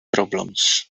problems